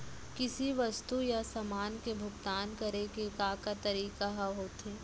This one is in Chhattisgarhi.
किसी वस्तु या समान के भुगतान करे के का का तरीका ह होथे?